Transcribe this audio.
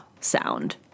sound